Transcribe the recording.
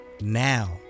now